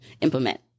implement